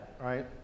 right